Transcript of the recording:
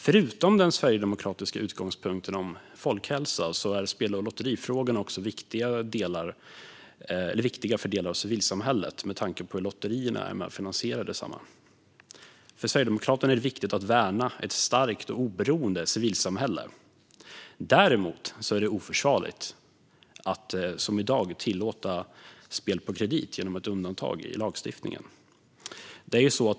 Förutom den sverigedemokratiska utgångspunkten om folkhälsa är spel och lotterifrågorna också viktiga för delar av civilsamhället med tanke på hur lotterierna är med och finansierar detsamma. För Sverigedemokraterna är det viktigt att värna ett starkt och oberoende civilsamhälle. Däremot är det oförsvarligt att som i dag tillåta spel på kredit genom ett undantag i lagstiftningen.